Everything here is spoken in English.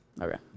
Okay